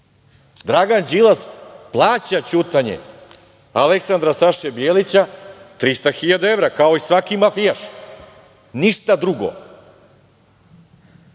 Dragan Đilas plaća ćutanje Aleksandra Saše Bijelića 300.000 evra, kao i svaki mafijaš, ništa drugo,